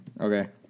Okay